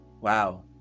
Wow